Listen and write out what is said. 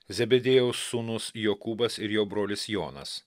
zebediejaus sūnus jokūbas ir jo brolis jonas